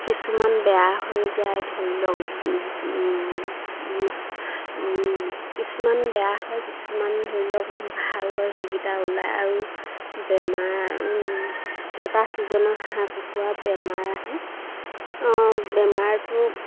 কিছুমান বেয়া হৈ যায় ধৰি লওক কিছুমান বেয়া হয় কিছুমান ধৰি লওক ভাল হয় সেইকেইটা ওলায় আৰু বেমাৰ এটা ছিজনত হাঁহ কুকুৰা বেমাৰ আহে বেমাৰটো